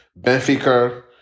Benfica